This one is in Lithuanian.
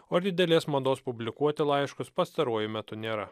o ir didelės mados publikuoti laiškus pastaruoju metu nėra